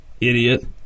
idiot